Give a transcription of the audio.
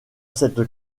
cette